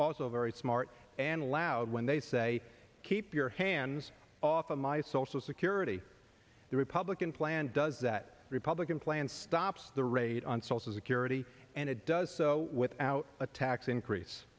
also very smart and loud when they say keep your hands off of my social security the republican plan does that republican plan stops the raid on social security and it does so without a tax increase